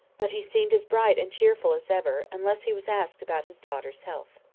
but he seemed as bright and cheerful as ever, unless he was asked about his daughter's health.